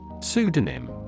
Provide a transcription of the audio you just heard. Pseudonym